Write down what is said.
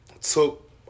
took